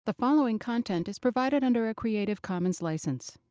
the following content is provided under a creative commons license.